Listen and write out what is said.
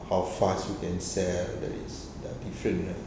how fast you can sell that is the different right